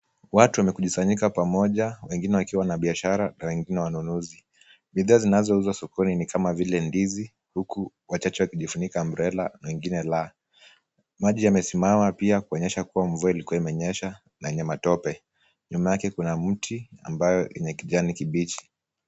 Watu wamekusanyika pamoja, wengine wakiwa wana biashari na wengine wanunuzi. Bidhaa zinazouzwa sokoni ni jama vile ndizi, huku wachache wakijifunika umbrella , wengine laa. Maji yamesimama pia kuonyesha kuwa mvua ilikuwa imenyesha, na yenye matope. Nyuma yake kuna mti ambayo ni ya kijani kibichi.